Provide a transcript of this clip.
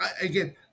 Again